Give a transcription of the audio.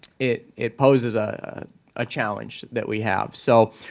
it it poses a ah challenge that we have. so,